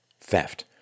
theft